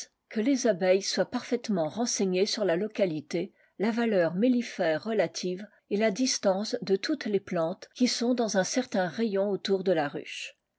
que les abeilles soient parfaitement renseignées sur la localité la valeur mellifère relative et la distance de toutes les plantes qui sont dans un certain rayon autour de la ruche